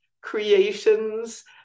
creations